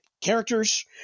characters